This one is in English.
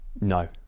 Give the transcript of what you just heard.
No